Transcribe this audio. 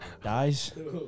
dies